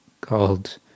called